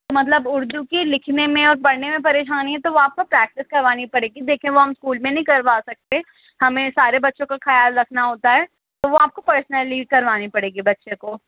مطلب اردو کی لکھنے میں اور پڑھنے میں پریشانی تو وہ آپ کو پریکٹس کروانی پڑے گی دیکھیے وہ ہم اسکول میں نہیں کروا سکتے ہمیں سارے بچوں کا خیال رکھنا ہوتا ہے تو وہ آپ کو پرسنلی کروانی پڑے گی بچے کو